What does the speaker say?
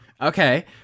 Okay